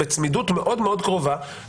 בצמידות מאוד קרובה,